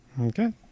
okay